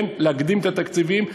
להקדים את התקציבים.